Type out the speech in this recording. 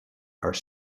are